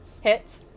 Hits